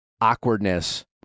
awkwardness